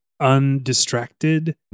undistracted